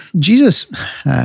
Jesus